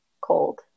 cold